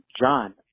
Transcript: John